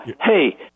Hey